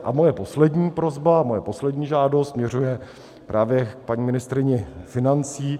A moje poslední prosba, moje poslední žádost, směřuje právě k paní ministryni financí.